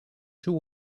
two